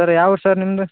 sir ಯಾವ ಊರು sir ನಿಮ್ದು